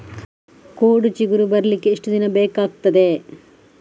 ಕೋಡು ಚಿಗುರು ಬರ್ಲಿಕ್ಕೆ ಎಷ್ಟು ದಿನ ಬೇಕಗ್ತಾದೆ?